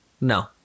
No